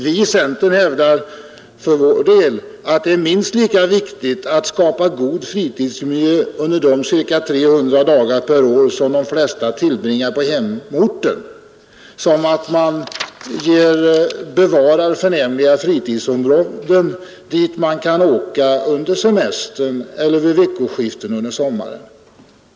Vi i centern hävdar att det är minst lika viktigt att skapa god fritidsmiljö under de cirka 300 dagar per år som de flesta tillbringar på hemorten som att man bevarar förnämliga fritidsområden dit människorna kan åka under semestern eller vid veckoskiften under sommaren.